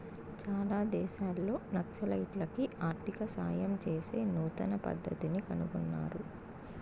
చాలా దేశాల్లో నక్సలైట్లకి ఆర్థిక సాయం చేసే నూతన పద్దతిని కనుగొన్నారు